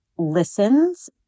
listens